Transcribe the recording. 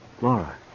Laura